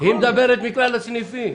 היא מדברת מכלל הסניפים.